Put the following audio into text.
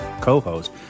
co-host